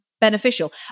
beneficial